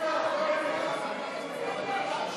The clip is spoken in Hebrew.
השוואת קצבת נכות